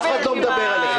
אף אחד לא מדבר אליכם.